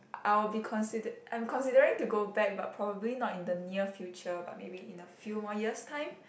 I will be consider I'm considering to go back but probably not in the near future but maybe in a few more years time